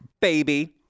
baby